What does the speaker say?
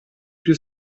più